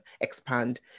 expand